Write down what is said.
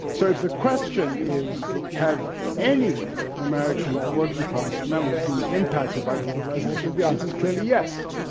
so, if the question is, have any american working-class members been impacted by globalization, the answer is clearly yes,